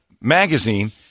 magazine